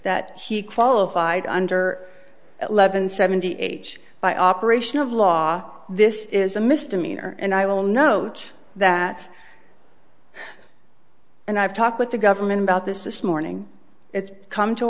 that he qualified under eleven seven the age by operation of law this is a misdemeanor and i will note that and i've talked with the government about this this morning it's come to